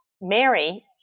Mary